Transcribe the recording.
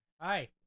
Hi